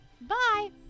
Bye